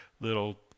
little